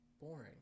boring